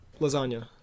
Lasagna